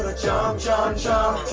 ah jump jump jump